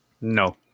no